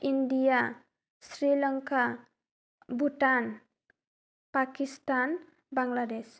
India Sri Lanka Bhutan Pakistan Bangladesh